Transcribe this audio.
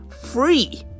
free